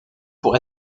pour